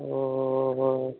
ꯑꯣ